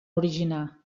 originar